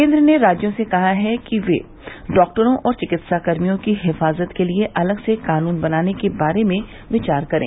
केन्द्र ने राज्यों से कहा है कि वे डॉक्टरों और चिकित्साकर्मियों की हिफाजत के लिए अलग से कानून बनाने के बारे में विचार करें